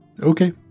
Okay